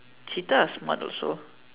cheetah are smart also